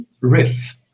riff